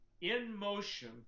in-motion